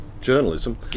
journalism